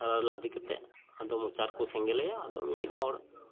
ᱥᱟᱨᱟ ᱨᱮ ᱞᱟᱫᱮ ᱠᱟᱛᱮ ᱟᱫᱚ ᱢᱚᱪᱟ ᱨᱮᱠᱚ ᱥᱮᱸᱜᱮᱞ ᱟᱭᱟ ᱟᱫᱚ ᱢᱤ ᱢᱤᱫ ᱦᱚᱲ